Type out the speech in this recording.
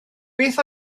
beth